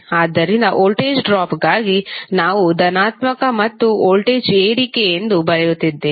ಆದ್ದರಿಂದ ವೋಲ್ಟೇಜ್ ಡ್ರಾಪ್ಗಾಗಿ ನಾವು ಧನಾತ್ಮಕ ಮತ್ತು ವೋಲ್ಟೇಜ್ ಏರಿಕೆ ಎಂದು ಬರೆಯುತ್ತಿದ್ದೇವೆ